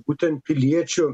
būtent piliečių